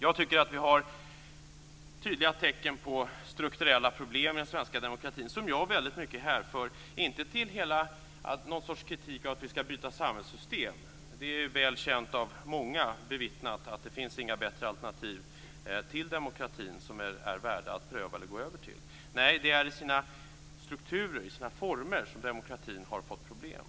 Jag tycker att vi har tydliga tecken på strukturella problem i den svenska demokratin, som jag inte hänför till någon sorts kritik eller till att vi skall byta samhällssystem. Det är väl känt och bevittnat av många att det inte finns några bättre alternativ till demokratin som är värda att pröva eller gå över till. Nej, det är i sina strukturer, i sina former, som demokratin har fått problem.